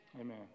Amen